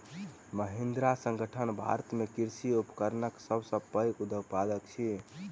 महिंद्रा संगठन भारत में कृषि उपकरणक सब सॅ पैघ उत्पादक अछि